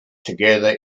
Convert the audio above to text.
together